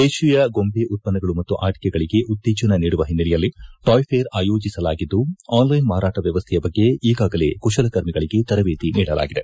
ದೇತೀಯ ಗೊಂಬೆ ಉತ್ತನ್ನಗಳು ಮತ್ತು ಆಟಕೆಗಳಿಗೆ ಉತ್ತೇಜನ ನೀಡುವ ಹಿನ್ನಲೆಯಲ್ಲಿ ಟಾಯ್ ಫೇರ್ ಆಯೋಜಿಸಲಾಗಿದ್ದು ಆನ್ ಲೈನ್ ಮಾರಾಟ ವ್ಯವಸ್ಥೆಯ ಬಗ್ಗೆ ಈಗಾಗಲೆ ಕುಶಲಕರ್ಮಿಗಳಿಗೆ ತರಬೇತಿ ನೀಡಲಾಗಿದೆ